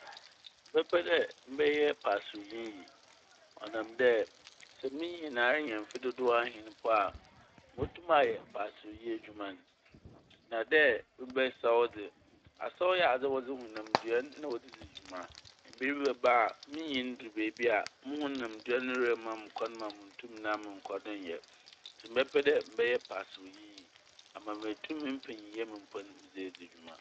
Mɛpɛ dɛ mebɛyɛ paserewyinyi, ɔnam dɛ sɛ minyin ara nya mfe dodow ahen mpo a motum ayɛ paserewyi edwuma n'. Na dɛ mebɛsaw dze, asaw yɛ adze a wɔdze hɔn honamdua n' na wɔdze dzi dwuma. Mber bi bɛba a minyin dur beebi a mo honamdua n' remma mo kwan ma munntum na monnkɔ do nnyɛ. Ntsi mɛpɛ dɛ mebɛyɛ paserewyinyi ama meetum me mpanyinyɛ mu mpo n' medze edzi dwuma.